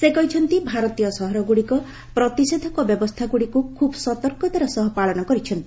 ସେ କହିଛନ୍ତି ଭାରତୀୟ ସହରଗୁଡ଼ିକ ପ୍ରତିଷେଧକ ବ୍ୟବସ୍ଥାଗୁଡିକୁ ଖୁବ୍ ସତର୍କତାର ସହ ପାଳନ କରିଛନ୍ତି